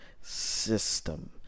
system